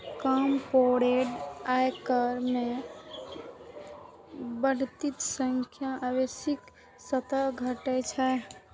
corporate आयकर मे बढ़ोतरी सं निवेशक स्तर घटै छै